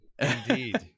Indeed